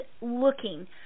looking